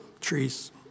trees